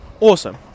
awesome